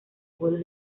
vuelos